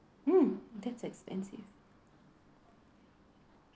mm that's expensive